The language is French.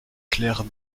claire